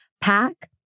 pack